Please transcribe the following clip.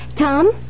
Tom